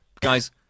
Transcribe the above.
Guys-